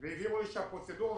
והבהירו לי את הפרוצדורה.